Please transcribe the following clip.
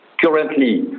Currently